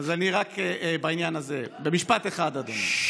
אז רק בעניין הזה, במשפט אחד, אדוני.